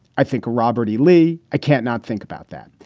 i think robert e. lee, i can't not think about that.